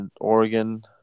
Oregon